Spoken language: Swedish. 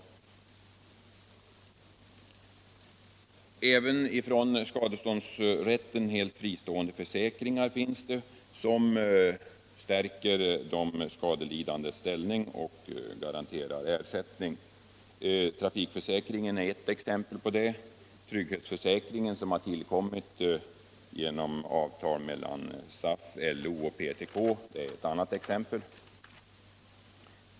Det finns även från — Vissa skadeståndsskadeståndsrätten helt fristående försäkringar, som stärker de skadeli = rättsliga frågor dandes ställning och garanterar ersättning. Trafikförsäkringen är ett exempel på det, trygghetsförsäkringen, som tillkommit genom avtal mellan SAF, LO och PTK, är ett annat exempel.